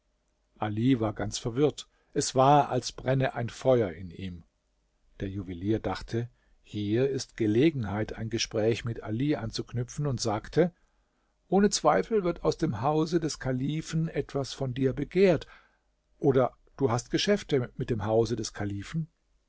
ali war ganz verwirrt es war als brenne ein feuer in ihm der juwelier dachte hier ist gelegenheit ein gespräch mit ali anzuknüpfen und sagte ohne zweifel wird aus dem hause des kalifen etwas von dir begehrt oder du hast geschäfte mit dem hause des kalifen